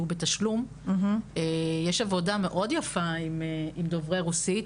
בתשלום יש עבודה מאוד יפה עם דוברי רוסית,